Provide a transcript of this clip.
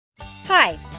Hi